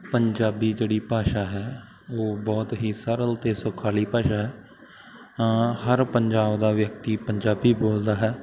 ਪੰਜਾਬੀ ਜਿਹੜੀ ਭਾਸ਼ਾ ਹੈ ਉਹ ਬਹੁਤ ਹੀ ਸਰਲ ਅਤੇ ਸੁਖਾਲੀ ਭਾਸ਼ਾ ਹੈ ਹਰ ਪੰਜਾਬ ਦਾ ਵਿਅਕਤੀ ਪੰਜਾਬੀ ਬੋਲਦਾ ਹੈ